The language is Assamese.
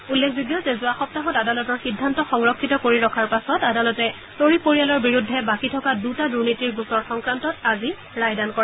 উল্লেখযোগ্য যে যোৱা সপ্তাহত আদালতৰ সিদ্ধান্ত সংৰক্ষিত কৰি ৰখাৰ পাছত আদালতে শ্বৰীফ পৰিয়ালৰ বিৰুদ্ধে বাকী থকা দুটা দুৰ্নীতিৰ গোচৰ সংক্ৰান্তত আজি ৰায়দান কৰে